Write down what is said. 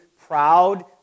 proud